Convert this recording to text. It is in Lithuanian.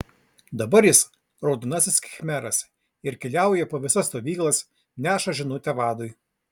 dabar jis raudonasis khmeras ir keliauja po visas stovyklas neša žinutę vadui